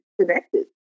connected